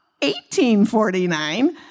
1849